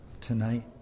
tonight